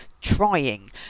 trying